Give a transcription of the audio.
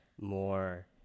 more